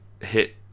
hit